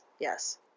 yes